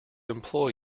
employ